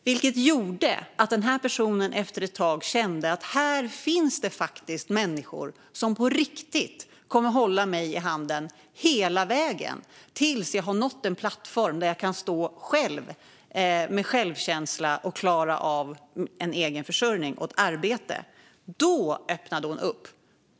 Detta gjorde att den här personen efter ett tag kände: Här finns det faktiskt människor som på riktigt kommer att hålla mig i handen hela vägen tills jag har nått en plattform där jag kan stå själv med självkänsla och klara av en egen försörjning och ett arbete. Då öppnade hon upp.